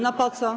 No po co?